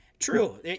True